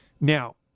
Now